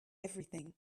everything